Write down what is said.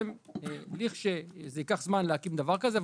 זה ייקח זמן להקים דבר כזה,